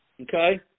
okay